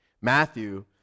Matthew